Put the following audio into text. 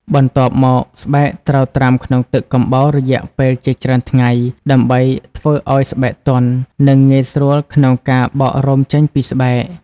បន្ទាប់មកស្បែកត្រូវត្រាំក្នុងទឹកកំបោររយៈពេលជាច្រើនថ្ងៃ ដើម្បីធ្វើឱ្យស្បែកទន់ និងងាយស្រួលក្នុងការបករោមចេញពីស្បែក។